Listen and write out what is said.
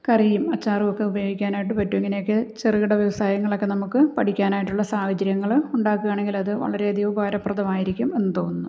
കറിയും അച്ചാറുമൊക്കെ ഉപയോഗിക്കാനായിട്ട് പറ്റും ഇങ്ങനെ ഒക്കെ ചെറുകിട വ്യവസായങ്ങളൊക്കെ നമുക്ക് പഠിക്കാനുള്ള സാഹചര്യങ്ങൾ ഉണ്ടാക്കുകയാണെങ്കിലത് വളരെയധികം ഉപകാരപ്രദമായിരിക്കും എന്നു തോന്നുന്നു